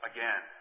Again